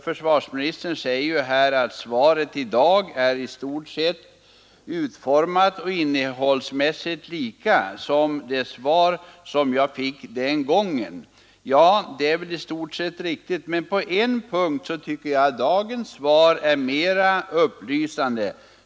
Försvarsministern säger att svaret i dag till utformning och innehåll i stort sett är likt det svar jag fick förra gången. Ja, det är i stort sett riktigt. På en punkt är dock svaret nu mera upplysande.